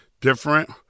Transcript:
different